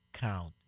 count